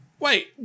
Wait